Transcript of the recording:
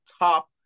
top